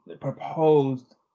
proposed